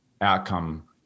outcome